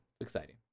exciting